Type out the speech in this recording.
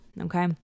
okay